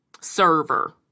server